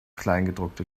kleingedruckte